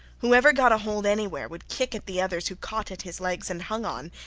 whoever got a hold anywhere would kick at the others who caught at his legs and hung on,